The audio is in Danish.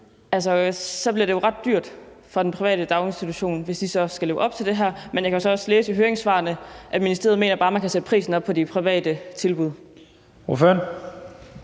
lavt, så bliver det jo ret dyrt for den private daginstitution, hvis de så skal leve op til det her, men jeg kan jo så også læse i høringssvarene, at ministeriet mener, at man bare kan sætte prisen på de private tilbud